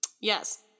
Yes